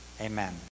Amen